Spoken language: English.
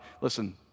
Listen